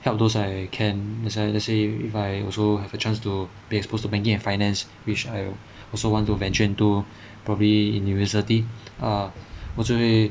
help those I can say let's say if I also have a chance to be exposed to banking and finance which I also want to venture into probably in university err 我就会